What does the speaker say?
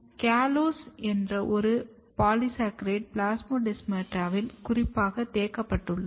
callose என்ற ஒரு polysaccharide பிளாஸ்மோடெஸ்மாடாவில் குறிப்பாக தேக்கப்பட்டுள்ளது